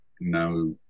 now